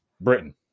Britain